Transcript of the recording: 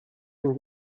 und